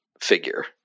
figure